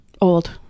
Old